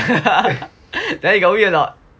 then you got win or not